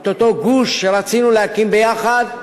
להקים את אותו גוש שרצינו להקים יחד,